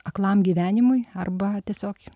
aklam gyvenimui arba tiesiog